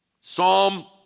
Psalm